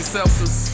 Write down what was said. Celsius